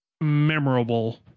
memorable